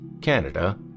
Canada